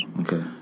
Okay